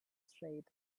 straight